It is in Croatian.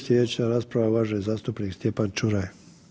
Slijedeća rasprava uvaženi zastupnik Stjepan Čuraj.